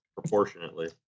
proportionately